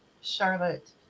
Charlotte